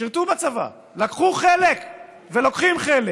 שירתו בצבא, לקחו חלק ולוקחים חלק